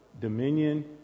dominion